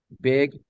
Big